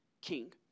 king